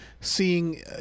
seeing